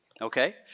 Okay